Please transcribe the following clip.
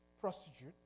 prostitute